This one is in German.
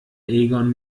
egon